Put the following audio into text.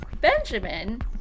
Benjamin